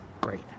great